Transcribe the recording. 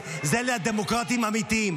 אלה הדמוקרטים האמיתיים.